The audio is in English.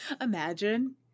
Imagine